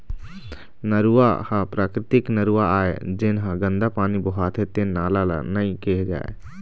नरूवा ह प्राकृतिक नरूवा आय, जेन ह गंदा पानी बोहाथे तेन नाला ल नइ केहे जाए